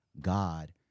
God